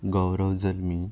गौरव जल्मी